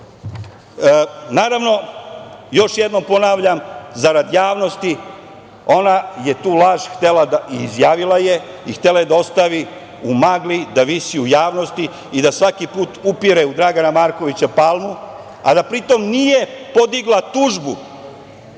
laži. Naravno, još jednom ponavljam, zarad javnosti, ona je tu laž izjavila i htela je da ostavi u magli, da visi u javnosti i da svaki put upire u Dragana Markovića Palmu, a da pritom nije podigla tužbu